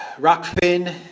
Rockfin